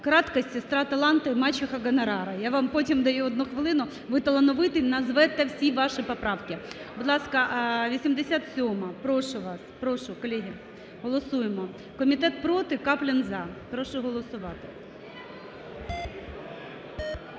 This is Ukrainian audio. "Краткость – сестра таланта и мачеха гонорара". Я вам потім даю одну хвилину, ви талановитий, назвете всі ваші поправки. Будь ласка, 87-а. Прошу вас, прошу колеги, голосуємо. Комітет проти, Каплін – за. Прошу голосувати. 17:02:19